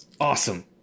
awesome